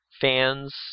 fans